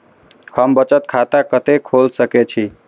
हम बचत खाता कते खोल सके छी?